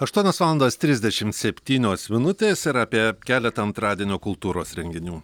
aštuonios valandos trisdešimt septynios minutės ir apie keletą antradienio kultūros renginių